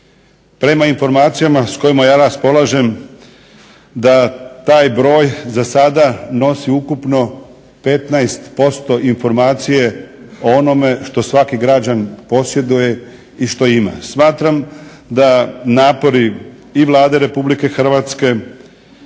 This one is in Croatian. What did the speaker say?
Prema informacijama s kojima ja raspolažem da taj broj za sada nosi ukupno 15% informacije o onome što svaki građanin posjeduje i što ima. Smatram da napori i Vlade Republike Hrvatske